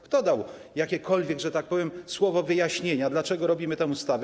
Kto dał jakiekolwiek, że tak powiem, słowo wyjaśnienia, dlaczego robimy tę ustawę?